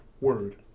word